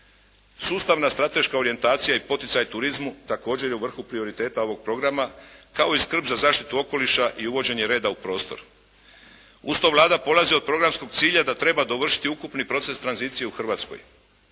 Sustavna strateška orijentacija i poticaj turizmu također je u vrhu prioriteta ovog programa kao i skrb za zaštitu okoliša i uvođenje reda u prostor. Uz to Vlada polazi od programskog cilja da treba dovršiti ukupni proces tranzicije u Hrvatskoj.